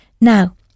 Now